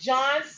John